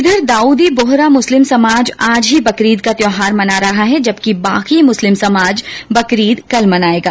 इधर दाऊदी बोहरा मुस्लिम समाज आज ही बकरीद का त्योहार मना रहा है जबकि बाकी मुस्लिम समाज बकरीद कल मनाएगा